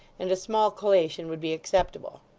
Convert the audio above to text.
and a small collation would be acceptable.